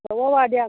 হ'ব বাৰু দিয়ক